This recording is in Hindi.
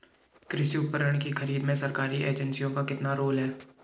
कृषि उपकरण की खरीद में सरकारी एजेंसियों का कितना रोल है?